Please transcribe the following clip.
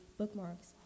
bookmarks